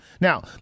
Now